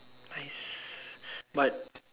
nice but